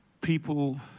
People